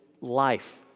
life